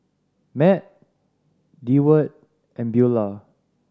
Matt Deward and Beaulah